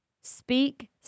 Speak